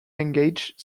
engaged